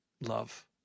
love